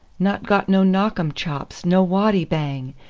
not got no knock um chops, no waddy bang,